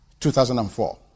2004